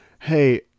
Hey